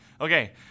Okay